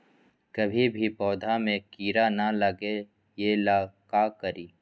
कभी भी पौधा में कीरा न लगे ये ला का करी?